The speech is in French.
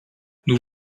nous